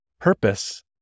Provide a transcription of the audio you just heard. Purpose